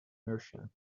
merchant